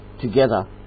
together